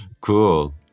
Cool